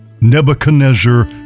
Nebuchadnezzar